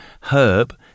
Herb